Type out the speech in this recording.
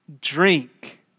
drink